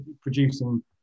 producing